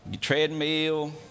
treadmill